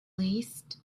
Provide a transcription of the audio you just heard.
least